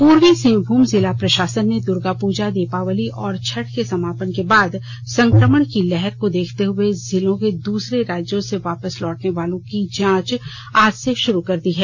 पूर्वी सिंहभूम जिला प्रशासन ने दुर्गा पूजा दीपावली और छठ के समापन के बाद संक्रमण की लहर को देखते हुए जिले के दूसरे राज्यों से वापस लौटने वालों की जांच आज से शुरू कर दी है